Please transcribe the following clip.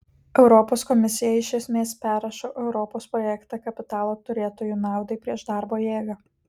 europos komisija iš esmės perrašo europos projektą kapitalo turėtojų naudai prieš darbo jėgą